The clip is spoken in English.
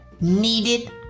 needed